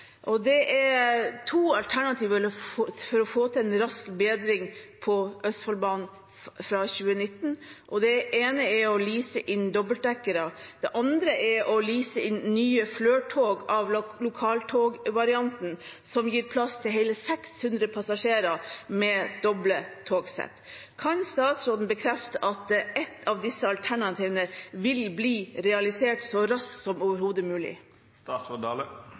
Det er to alternativer for å få til en rask bedring på Østfoldbanen fra 2019. Det ene er å lease inn dobbeltdekkere. Det andre er å lease inn nye Flirt-tog av lokaltogvarianten, som med doble togsett gir plass til hele 600 passasjerer. Kan statsråden bekrefte at ett av disse alternativene vil bli realisert så raskt som overhodet